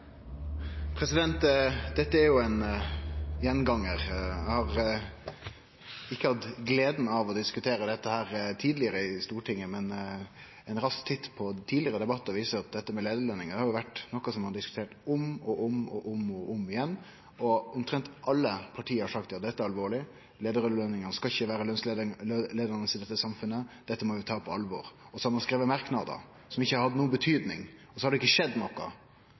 Dette er jo ein gjengangar. Eg har ikkje hatt gleda av å diskutere dette tidlegare i Stortinget, men ein rask titt på tidlegare debattar viser at dette med leiarløningar har vore noko ein har diskutert om og om og om igjen, og omtrent alle parti har sagt at dette er alvorleg – leiarløningane skal ikkje vere lønsleiande i dette samfunnet, dette på vi ta på alvor. Det har ein skrive i merknader, som ikkje har hatt noka betydning. Så har det ikkje skjedd noko,